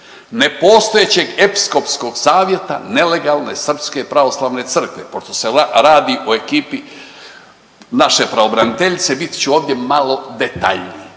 nepostojećeg Episkopskog savjeta nelegalne Srpske pravoslavne Crkve, pošto se radi o ekipi naše pravobraniteljice, bit ću ovdje malo detaljniji.